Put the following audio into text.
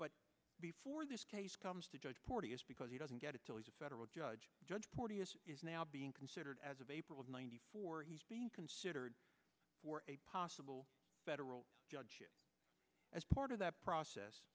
but before this case comes to judge porteous because he doesn't get it till he's a federal judge judge porteous is now being considered as of april of ninety four he's considered for a possible federal judge as part of that process